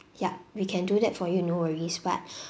yup we can do that for you no worries but